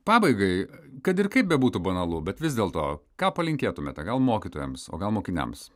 pabaigai kad ir kaip bebūtų banalu bet vis dėlto ką palinkėtumėte gal mokytojams o gal mokiniams